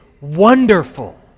wonderful